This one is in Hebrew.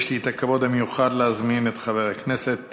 יש לי הכבוד המיוחד להזמין את חבר הכנסת